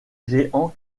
géant